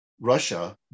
russia